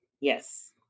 Yes